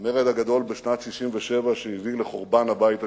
המרד הגדול בשנת 67, שהביא לחורבן הבית השני,